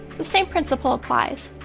the same principle applies.